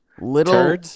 Little